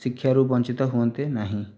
ଶିକ୍ଷାରୁ ବଞ୍ଚିତ ହୁଅନ୍ତେ ନାହିଁ